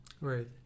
Right